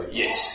yes